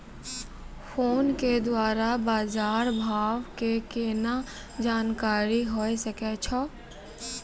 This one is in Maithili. फोन के द्वारा बाज़ार भाव के केना जानकारी होय सकै छौ?